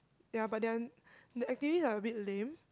ya but they are the activities are a bit lame